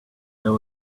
there